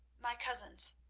my cousins,